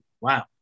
Wow